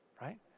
right